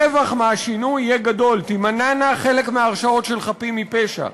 הרווח מהשינוי יהיה גדול: יימנע חלק מההרשעות של חפים מפשע.